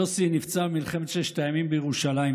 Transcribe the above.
יוסי נפצע במלחמת ששת הימים בירושלים,